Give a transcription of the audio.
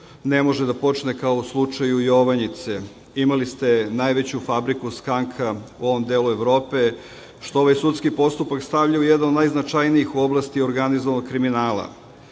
ne može da počne kao u slučaju „Jovanjice“. Imali ste najveću fabriku skanka u ovom delu Evrope što ovaj sudski postupak stavlja u jedan od najznačajnijih u oblasti organizovanog kriminala.